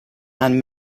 and